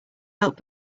help